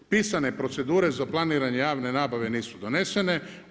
Pisane procedure za planiranje javne nabave nisu donesene.